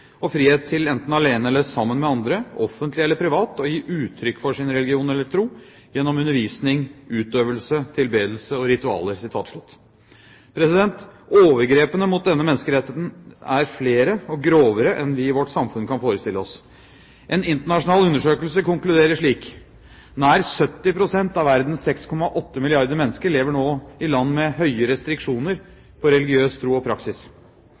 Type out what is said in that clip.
og frihet til enten alene eller sammen med andre, og offentlig eller privat, å gi uttrykk for sin religion eller tro gjennom undervisning, utøvelse, tilbedelse og ritualer.» Overgrepene mot denne menneskeretten er flere og grovere enn vi i vårt samfunn kan forestille oss. En internasjonal undersøkelse konkluderer slik: Nær 70 pst. av verdens 6,8 milliarder mennesker lever nå i land med høye restriksjoner på religiøs tro og praksis.